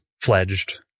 fledged